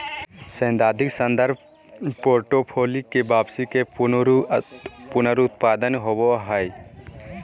सैद्धांतिक संदर्भ पोर्टफोलि के वापसी के पुनरुत्पादन होबो हइ